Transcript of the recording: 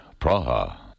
Praha